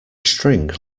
string